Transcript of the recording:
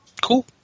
Cool